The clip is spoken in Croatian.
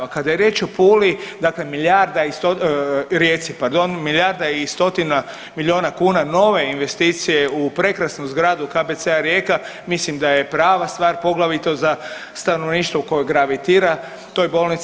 A kada je riječ o Puli dakle milijarda i Rijeci pardon, milijarda i stotina milijuna kuna nove investicije u prekrasnu zgradu KBC-a Rijeka mislim da je prava stvar, poglavito za stanovništvo koje gravitira toj bolnici.